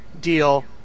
deal